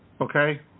Okay